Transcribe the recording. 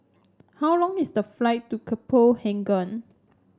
how long is the flight to Copenhagen